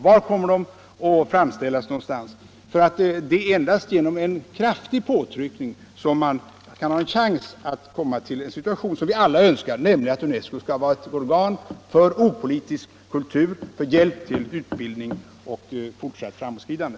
Var kommer uttalandena att framställas? Det är endast genom en kraftig påtryckning som man kan ha en chans att uppnå en situation som vi alla önskar, nämligen att UNESCO skall vara ett organ för opolitisk kultur, för hjälp till utbildning och fortsatt framåtskridande.